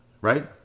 Right